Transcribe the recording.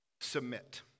submit